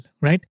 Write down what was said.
right